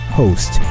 host